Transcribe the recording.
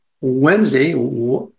Wednesday